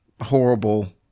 horrible